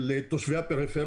לתושבי הפריפריה.